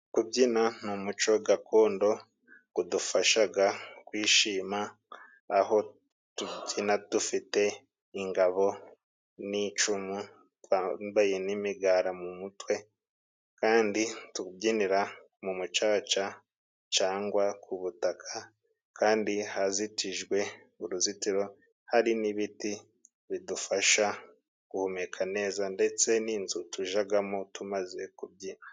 Kubyina numuco gakondo gudufashaga kwishima aho tubyina dufite ingabo n'icumu, twambaye n'imigara mu mutwe kandi tubyinira mu mucaca cangwa ku butaka kandi hazitijwe uruzitiro hari n'ibiti bidufasha guhumeka neza ndetse n'inzu tujagamo tumaze kubyina.